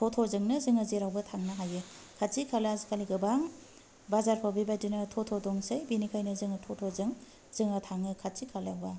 टट'जोंनो जोङो जेरावबो थांनो हायो खाथि खाला आजिखालि गोबां बाजारफ्राव बेबादिनो टट' दंसै बेनिखायनो जोङो टट'जों जोङो थाङो खाथि खालायावबा